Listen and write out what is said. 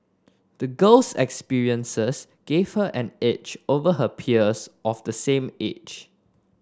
the girl's experiences gave her an edge over her peers of the same age